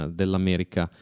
dell'America